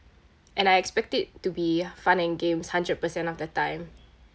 and I expect it to be fun and games hundred percent of the time